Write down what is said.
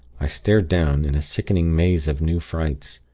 i stared down, in a sickening maze of new frights.